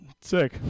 Sick